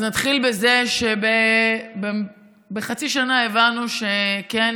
אז נתחיל בזה שבחצי שנה הבנו שכן,